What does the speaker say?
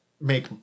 make